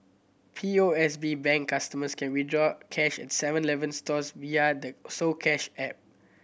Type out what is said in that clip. P O S B Bank customers can withdraw cash at Seven Eleven stores via the soCash app